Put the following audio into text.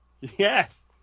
yes